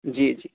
جی جی